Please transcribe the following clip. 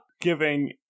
giving